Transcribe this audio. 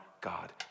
God